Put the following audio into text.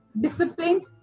disciplined